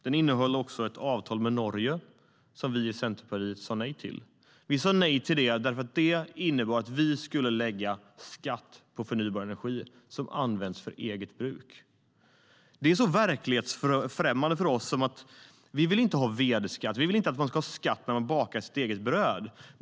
Den innehöll också ett avtal med Norge som Centerpartiet sa nej till. Vi sa nej eftersom det innebar att vi skulle lägga skatt på förnybar energi som används för eget bruk. Det är verklighetsfrämmande för oss. Vi vill inte ha vedskatt. Och vi vill inte att man ska skatta när man bakar sitt eget bröd.